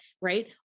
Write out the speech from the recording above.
Right